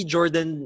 Jordan